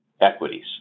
equities